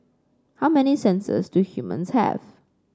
how many senses do humans have